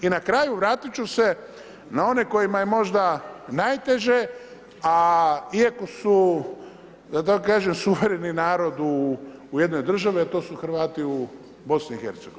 I na kraju, vratiti ću se na one kojima je možda najteže, a iako su da tako kažem, suvereni narod u jednoj državi, a to su Hrvati u BIH.